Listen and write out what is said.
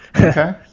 Okay